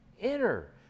enter